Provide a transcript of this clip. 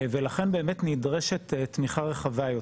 ולכן באמת נדרשת תמיכה רחבה יותר.